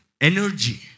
Energy